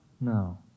No